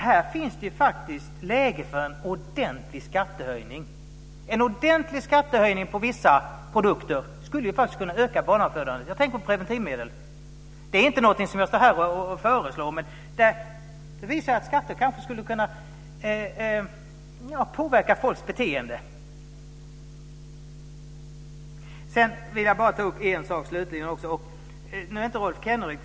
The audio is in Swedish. Här är det läge för en ordentlig skattehöjning på vissa produkter, vilket skulle kunna öka barnafödandet, och då tänker jag på preventivmedel. Det är inte någonting som jag föreslår, men skatter skulle kanske kunna påverka folks beteende. Slutligen vill jag vända mig till Rolf Kenneryd.